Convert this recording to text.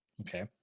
okay